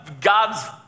God's